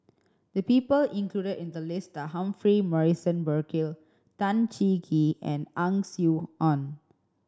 the people included in the list are Humphrey Morrison Burkill Tan Cheng Kee and Ang Swee Aun